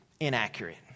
inaccurate